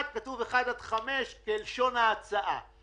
בהמשך לתקנות בריאות העם (נגיף הקורונה החדש(,